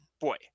boy